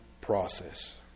process